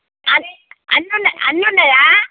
అన్ని అన్నీ ఉన్నాయా